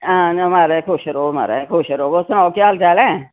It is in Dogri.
हां तां महाराज खुश रवो महाराज खुश रवो सनाओ केह् हाल चाल ऐ